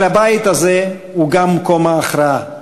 אבל הבית הזה הוא גם מקום ההכרעה,